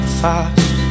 fast